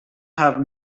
have